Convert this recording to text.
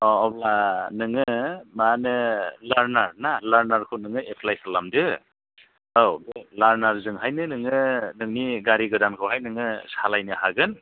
अ अब्ला नोङो माहोनो लारनार ना लारनारखौ नोङो एफ्लाय खालामदो औ लारनारजोंहायनो नोङो नोंनि गारि गोदानखौहाय नोङो सालायनो हागोन